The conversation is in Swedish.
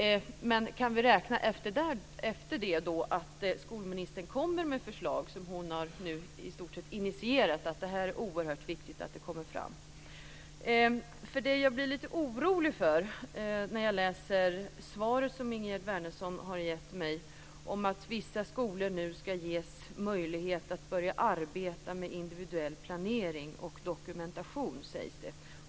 Men kan vi efter det räkna med att skolministern kommer med de förslag som hon nu i stort sett har initierat, dvs. att det är oerhört viktigt att detta kommer fram? Jag blir lite orolig när jag läser i svaret som Ingegerd Wärnersson har gett mig om att vissa skolor nu ska ges möjlighet att börja arbeta med individuell planering och dokumentation.